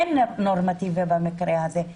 אין נורמטיבי במקרה הזה.